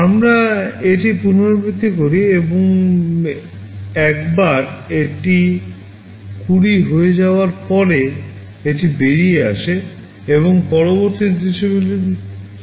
আমরা এটি পুনরাবৃত্তি করি এবং একবার এটি 20 হয়ে যাওয়ার পরে এটি বেরিয়ে আসে এবং পরবর্তী নির্দেশাবলীর সাথে চালিয়ে যায়